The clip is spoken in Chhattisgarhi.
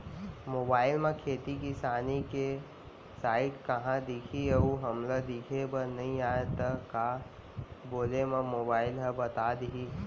मोबाइल म खेती किसानी के साइट कहाँ दिखही अऊ हमला लिखेबर नई आय त का बोले म मोबाइल ह बता दिही?